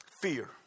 fear